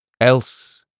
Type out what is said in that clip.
Else